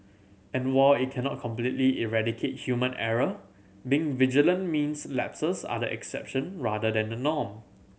and while it cannot completely eradicate human error being vigilant means lapses are the exception rather than the norm